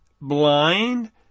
blind